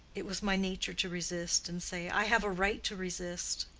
it was my nature to resist, and say, i have a right to resist